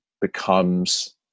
becomes